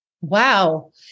Wow